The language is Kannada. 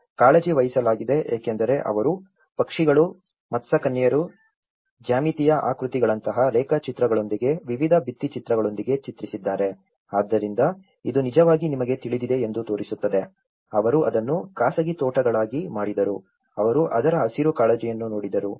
ಆದ್ದರಿಂದ ಕಾಳಜಿ ವಹಿಸಲಾಗಿದೆ ಏಕೆಂದರೆ ಅವರು ಪಕ್ಷಿಗಳು ಮತ್ಸ್ಯಕನ್ಯೆಯರು ಜ್ಯಾಮಿತೀಯ ಆಕೃತಿಗಳಂತಹ ರೇಖಾಚಿತ್ರಗಳೊಂದಿಗೆ ವಿವಿಧ ಭಿತ್ತಿಚಿತ್ರಗಳೊಂದಿಗೆ ಚಿತ್ರಿಸಿದ್ದಾರೆ ಆದ್ದರಿಂದ ಇದು ನಿಜವಾಗಿ ನಿಮಗೆ ತಿಳಿದಿದೆ ಎಂದು ತೋರಿಸುತ್ತದೆ ಅವರು ಅದನ್ನು ಖಾಸಗಿ ತೋಟಗಳಾಗಿ ಮಾಡಿದರು ಅವರು ಅದರ ಹಸಿರು ಕಾಳಜಿಯನ್ನು ನೋಡಿದರು